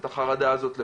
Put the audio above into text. את החרדה הזאת לפעולה.